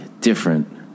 different